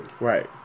right